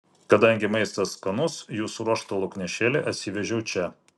kadangi maistas skanus jų suruoštą lauknešėlį atsivežiau čia